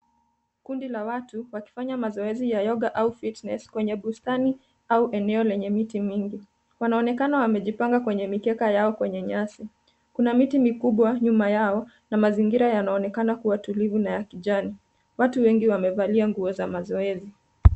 Kundi la watu wakifanya mazoezi ya yoga au fitness ,kwenye bustani au eneo lenye miti mingi, wanaonekana wamejipanga kwenye mikeka yao kwenye nyasi. Kuna miti mikubwa nyuma yao na mazingira yanaonekana kuwa tulivu na ya kijani. Watu wengi wamevalia nguo za mazoezi.